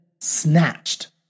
snatched